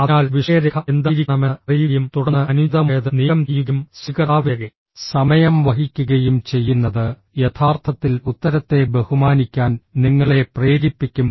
അതിനാൽ വിഷയരേഖ എന്തായിരിക്കണമെന്ന് അറിയുകയും തുടർന്ന് അനുചിതമായത് നീക്കം ചെയ്യുകയും സ്വീകർത്താവിന്റെ സമയം വഹിക്കുകയും ചെയ്യുന്നത് യഥാർത്ഥത്തിൽ ഉത്തരത്തെ ബഹുമാനിക്കാൻ നിങ്ങളെ പ്രേരിപ്പിക്കും